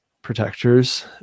protectors